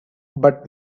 but